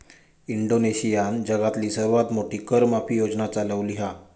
इंडोनेशियानं जगातली सर्वात मोठी कर माफी योजना चालवली हा